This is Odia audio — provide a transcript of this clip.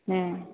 ହୁଁ